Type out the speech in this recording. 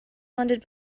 funded